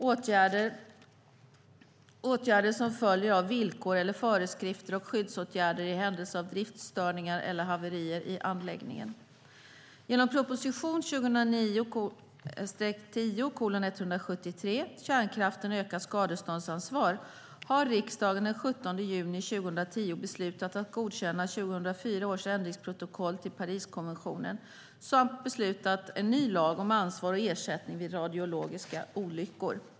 Det handlar om åtgärder som följer av villkor eller föreskrifter och skyddsåtgärder i händelse av driftstörningar eller haverier i anläggningen. Genom proposition 2009/10:173 Kärnkraften - ökat skadeståndsansvar har riksdagen den 17 juni 2010 beslutat att godkänna 2004 års ändringsprotokoll till Pariskonventionen samt beslutat om en ny lag om ansvar och ersättning vid radiologiska olyckor.